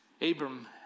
Abram